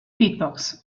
beatbox